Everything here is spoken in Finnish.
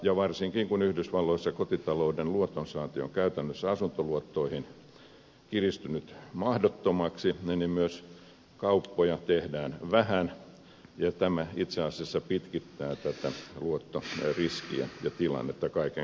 ja varsinkin kun yhdysvalloissa kotitalouden luotonsaanti on käytännössä kiristynyt asuntoluotoissa mahdottomaksi myös kauppoja tehdään vähän ja tämä itse asiassa pitkittää tätä luottoriskiä ja tilannetta kaiken kaikkiaan